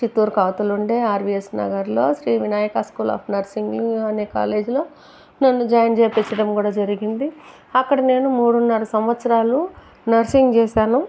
పుత్తూర్కి అవతలుండే ఆర్వీఎస్ నగర్లో Shri Vinayaka school of nursing అనే కాలేజిలో నన్ను జాయిన్ చేపించడం కూడా జరిగింది అక్కడ నేను మూడున్నర సంవత్సరాలు నర్సింగ్ చేసాను